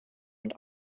und